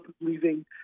leaving